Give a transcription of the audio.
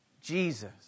Jesus